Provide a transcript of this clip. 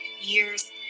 years